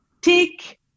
take